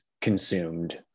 consumed